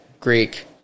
Greek